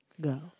go